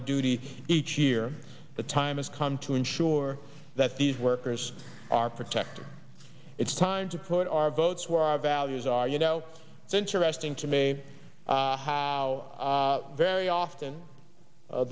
of duty each year the time come to ensure that these workers are protected it's time to put our votes where our values are you know it's interesting to me how very often